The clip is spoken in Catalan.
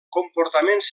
comportaments